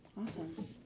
Awesome